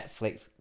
Netflix